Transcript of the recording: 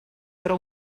però